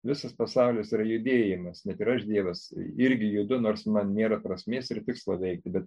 visas pasaulis yra judėjimas net ir aš dievas irgi judu nors man nėra prasmės ir tikslo veikti bet